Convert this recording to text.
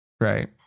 right